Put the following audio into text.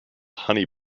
honey